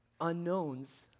unknowns